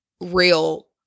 real